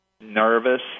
nervous